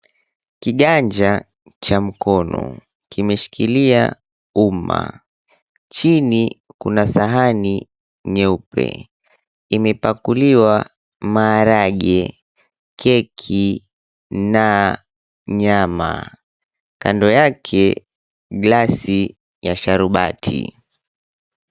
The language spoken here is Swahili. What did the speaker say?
Kiganja cha mkono kimeshikilia uma, chini kuna sahani nyeupe imepakuliwa maharagwe, keki na nyama, kando yake glasi na sharubati.